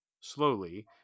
slowly